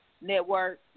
network